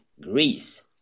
Greece